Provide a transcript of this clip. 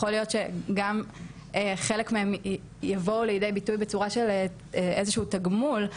יכול להיות שגם חלק מהם יבואו לידי ביטוי בצורה של איזשהו תגמול,